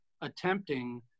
attempting